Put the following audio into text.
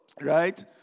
Right